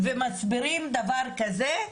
ומסבירים דבר כזה,